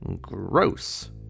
Gross